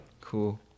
Cool